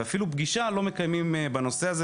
אפילו פגישה לא מקיימים בנושא הזה.